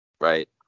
right